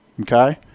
Okay